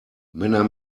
männer